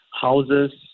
houses